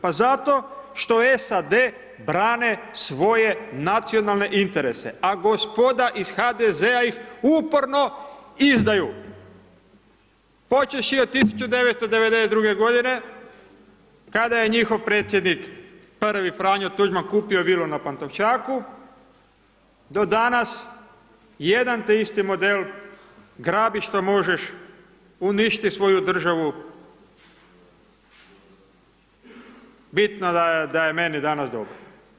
Pa zato što SAD brane svoje nacionalne interese, a gospoda iz HDZ-a ih uporno izdaju, počevši od 1992.g. kada je njihov predsjednik prvi Franjo Tuđman kupio vilu na Pantovčaku, do danas jedan te isti model, grabi što možeš, uništi svoju državu, bitno da je meni danas dobro.